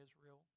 Israel